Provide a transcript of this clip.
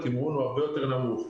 התמרון לעמותות הם הרבה יותר נמוכים,